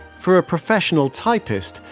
for a professional typist,